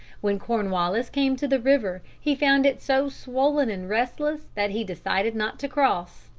when cornwallis came to the river he found it so swollen and restless that he decided not to cross.